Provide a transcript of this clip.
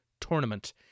tournament